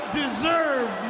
deserve